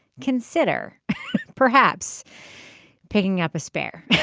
consider perhaps picking up a spare